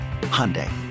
Hyundai